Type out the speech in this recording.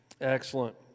Excellent